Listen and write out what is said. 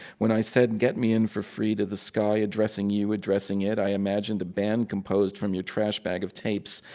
when i said, get me in for free to the sky, addressing you, addressing it, i imagined a band composed from your trash bag of tapes,